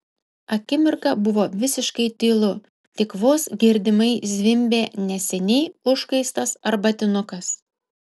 akimirką buvo visiškai tylu tik vos girdimai zvimbė neseniai užkaistas arbatinukas